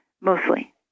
mostly